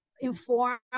inform